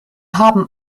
haben